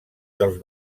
dels